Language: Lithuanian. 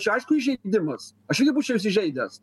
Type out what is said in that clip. čia aišku įžeidimas aš irgi būčiau įsižeidęs